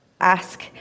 ask